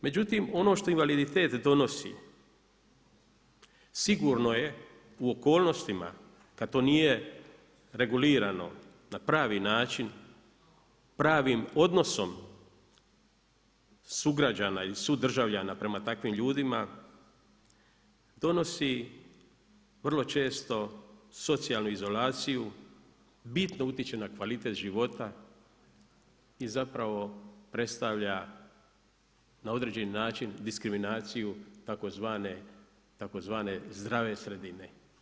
Međutim, ono što invaliditet donosi, sigurno je u okolnostima, kad to nije regulirano na pravi način, pravim odnosom sugrađana i sudržavljana prema takvim ljudima, donosi vrlo često socijalnu izolaciju, bitno utječe na kvalitetu života i zapravo predstavlja, na određeni način tzv. zdrave sredine.